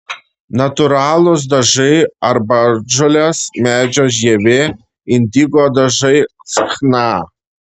natūralūs dažai arbatžolės medžio žievė indigo dažai chna